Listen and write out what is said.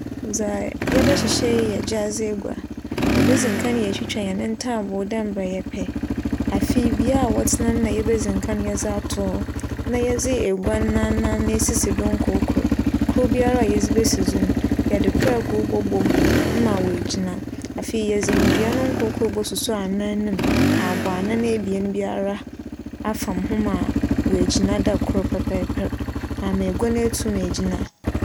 Dza yɛbɛhyehyɛ yi yɛ gyaadze egua. Yebedzi nkan yetwitwa hɛn ntaabow dɛ mbrɛ yɛpɛ. Afei bea a wͻtsena no na yebedzi nkan yɛdze ato hͻ na yɛdze egua no n'anan no esi do nkorkor. Kor biara a yɛdze besi dzo no, yɛde prɛgow bͻbͻ mu ma oegyina. Afei yɛdze ndua no nkorkor bosusuo anan no mu abͻ anan ebien biara afam ho ma egyina dɛ kor pɛpɛɛpɛr ama egua no etum egyina.